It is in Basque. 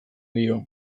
dio